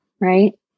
right